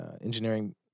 engineering